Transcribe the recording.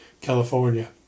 California